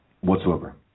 whatsoever